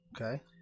Okay